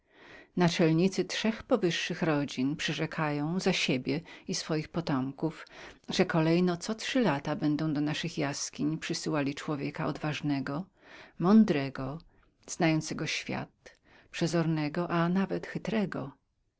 afryce naczelnicy trzech powyższych rodzin przyrzekają za siebie i swoich potomków że kolejno co trzy lata będą do naszych jaskiń przysyłali człowieka odważnego mądrego znającego świat przezornego a nawet